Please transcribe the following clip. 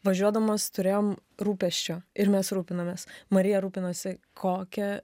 važiuodamos turėjom rūpesčio ir mes rūpinomės marija rūpinosi kokia